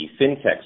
fintech